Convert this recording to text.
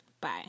bye